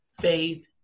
faith